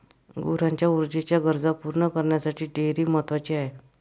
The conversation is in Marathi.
गुरांच्या ऊर्जेच्या गरजा पूर्ण करण्यासाठी डेअरी महत्वाची आहे